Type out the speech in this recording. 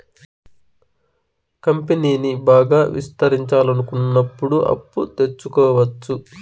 కంపెనీని బాగా విస్తరించాలనుకున్నప్పుడు అప్పు తెచ్చుకోవచ్చు